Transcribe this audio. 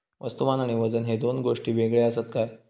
वस्तुमान आणि वजन हे दोन गोष्टी वेगळे आसत काय?